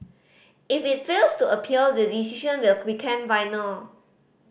if it fails to appeal the decision will become final